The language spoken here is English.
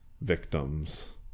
victims